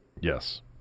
Yes